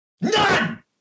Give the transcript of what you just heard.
None